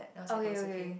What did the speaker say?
okay okay